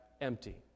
empty